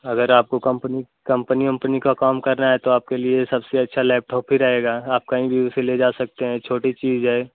अगर आपको company company उम्पनी का काम करना है तो आपके लिए सबसे अच्छा लैपटॉप ही रहेगा आप कहीं भी उसे ले जा सकते हैं छोटी चीज़ है